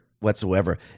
whatsoever